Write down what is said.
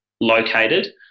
located